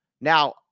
Now